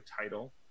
title